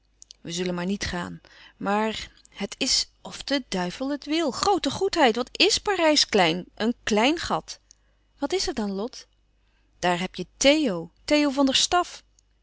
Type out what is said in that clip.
we zullen maar niet gaan maar het is of de duivel het wil groote goedheid wat is parijs klein een klein gat wat is er dan lot daar heb je theo theo van der staff